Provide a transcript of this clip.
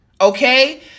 okay